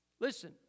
Listen